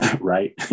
right